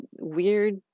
weird